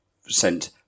sent